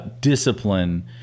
discipline